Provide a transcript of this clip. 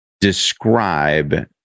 describe